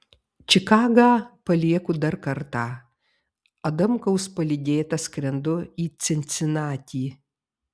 čikagą palieku dar kartą adamkaus palydėta skrendu į cincinatį